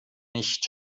nicht